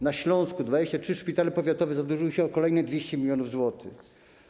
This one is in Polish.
Na Śląsku 23 szpitale powiatowe zadłużyły się o kolejne 200 mln zł.